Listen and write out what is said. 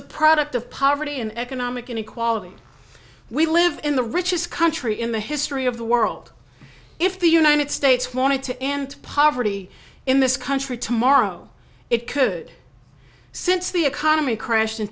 a product of poverty and economic inequality we live in the richest country in the history of the world if the united states wanted to end poverty in this country tomorrow it could since the economy crashed in